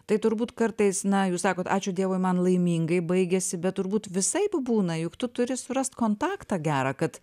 tai turbūt kartais na jūs sakote ačiū dievui man laimingai baigėsi bet turbūt visaip būna juk tu turi surasti kontaktą gera kad